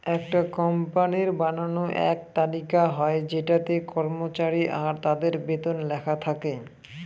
একটা কোম্পানির বানানো এক তালিকা হয় যেটাতে কর্মচারী আর তাদের বেতন লেখা থাকে